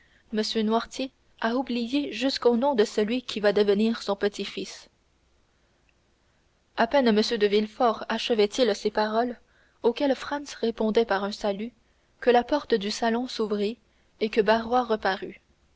m noirtier a oublié jusqu'au nom de celui qui va devenir son petit-fils à peine m de villefort achevait il ces paroles auxquelles franz répondait par un salut que la porte du salon s'ouvrit et que barrois parut